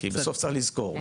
כי בסוף צריך לזכור,